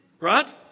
Right